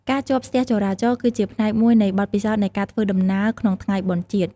ការជាប់ស្ទះចរាចរណ៍ គឺជាផ្នែកមួយនៃបទពិសោធន៍នៃការធ្វើដំណើរក្នុងថ្ងៃបុណ្យជាតិ។